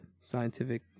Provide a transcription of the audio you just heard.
scientific